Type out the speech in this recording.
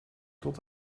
tot